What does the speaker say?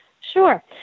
Sure